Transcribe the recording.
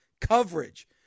coverage